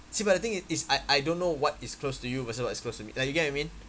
see but the thing is I I don't know what is close to you versus what is close to me like you get what I mean